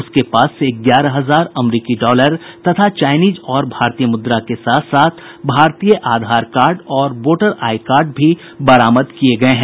उसके पास से ग्यारह हजार अमरिकी डॉलर तथा चायनीज और भारतीय मुद्रा के साथ साथ भारतीय आधार कार्ड और वोटर आई कार्ड भी बरामद किये गये हैं